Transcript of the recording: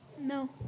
No